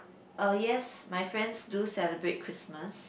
uh yes my friends do celebrate Christmas